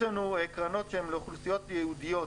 יש לנו קרנות לאוכלוסיות ייעודיות.